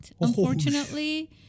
unfortunately